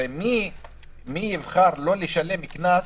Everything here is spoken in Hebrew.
הרי מי יבחר לא לשלם קנס